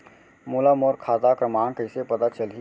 मोला मोर खाता क्रमाँक कइसे पता चलही?